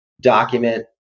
document